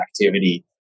activity